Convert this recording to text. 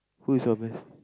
who is your best